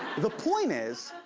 the point is.